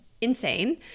insane